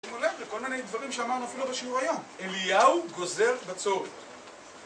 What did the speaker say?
שימו לב לכל מיני דברים שאמרנו אפילו בשיעור היום אליהו גוזר בצורת